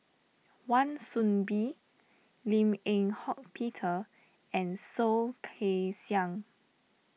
Wan Soon Bee Lim Eng Hock Peter and Soh Kay Siang